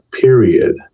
period